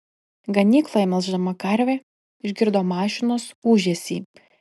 ganykloje melždama karvę išgirdo mašinos ūžesį